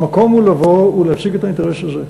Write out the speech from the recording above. המקום הוא לבוא ולהציג את האינטרס הזה.